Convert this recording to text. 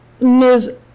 Ms